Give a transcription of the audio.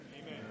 Amen